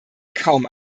kaum